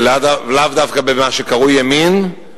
ולאו דווקא במה שקרוי "ימין",